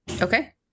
okay